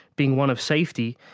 being one of safety,